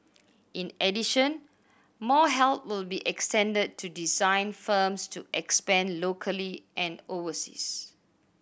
in addition more help will be extended to design firms to expand locally and overseas